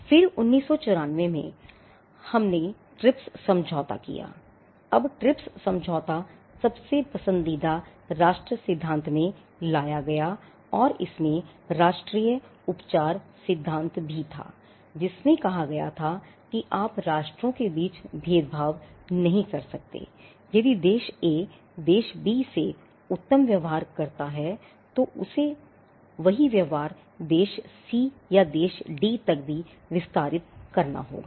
फिर 1994 में हमने ट्रिप्स करता है तो उसे उस व्यवहार को देश C या देश D तक भी विस्तारित करना होगा